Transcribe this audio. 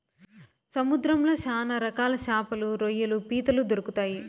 సముద్రంలో శ్యాన రకాల శాపలు, రొయ్యలు, పీతలు దొరుకుతాయి